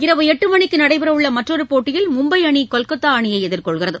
இரவு எட்டு மணிக்கு நடைபெறவுள்ள மற்றொரு போட்டியில் மும்பை அணி கொல்கத்தா அணியை எதிர்கொள்கிறது